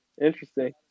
interesting